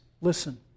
listen